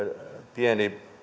pieni